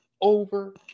over